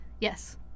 Yes